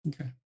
Okay